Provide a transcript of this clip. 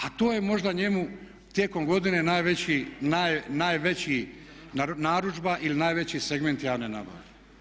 A to je možda njemu tijekom godine najveća narudžba ili najveći segment javne nabave.